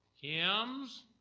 hymns